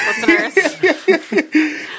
listeners